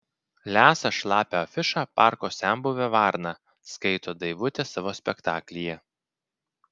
lesa šlapią afišą parko senbuvė varna skaito daivutė savo spektaklyje